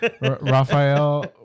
Raphael